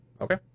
Okay